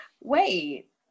Wait